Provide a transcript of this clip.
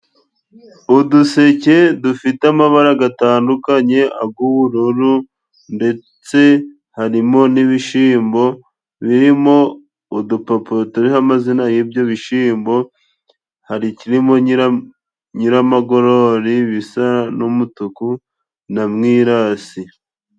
Uduseke dufite amabara gatandukanye ag'ubururu ndetse harimo n'ibishimbo birimo udupapuro turiho amazina y'ibyo bishyimbo: hari ikirimo nyirayiramagori bisa n'umutuku, na mwirasi.